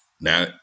Now